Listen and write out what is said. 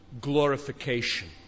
glorification